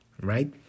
right